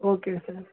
okay sir